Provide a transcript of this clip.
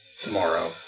Tomorrow